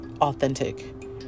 authentic